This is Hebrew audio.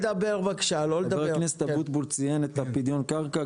חבר הכנסת אבוטבול, ציין את פדיון קרקע.